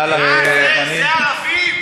אה, זה ערבים?